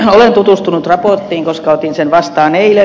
olen tutustunut raporttiin koska otin sen vastaan eilen